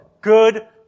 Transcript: Good